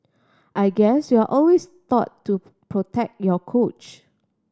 I guess you're always taught to protect your coach